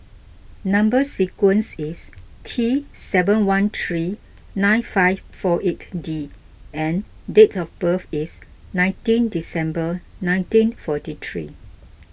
Number Sequence is T seven one three nine five four eight D and date of birth is nineteen December nineteen forty three